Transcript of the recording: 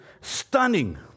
stunning